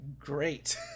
great